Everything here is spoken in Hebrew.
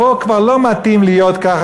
פה כבר לא מתאים להיות ככה,